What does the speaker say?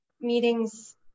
meetings